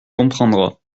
comprendra